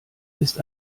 ist